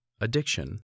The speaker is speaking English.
Addiction